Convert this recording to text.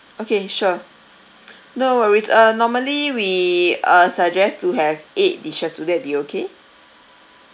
okay sure no worries uh normally we uh suggest to have eight dishes will that be okay